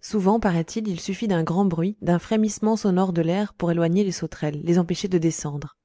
souvent paraît-il il suffit d'un grand bruit d'un frémissement sonore de l'air pour éloigner les sauterelles les empêcher de descendre